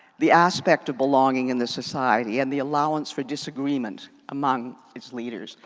the aspect of belonging in the society and the allowance for disagreement among its leaders.